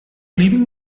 leaving